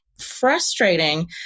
frustrating